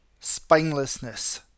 spinelessness